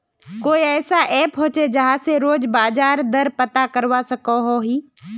कोई ऐसा ऐप होचे जहा से रोज बाजार दर पता करवा सकोहो ही?